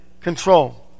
control